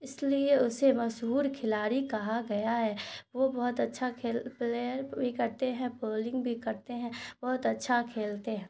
اس لیے اسے مشہور کھلاڑی کہا گیا ہے وہ بہت اچھا کھیل پلیئر بھی کرتے ہیں بولنگ بھی کرتے ہیں بہت اچھا کھیلتے ہیں